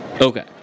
Okay